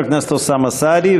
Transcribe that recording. חבר הכנסת אוסאמה סעדי,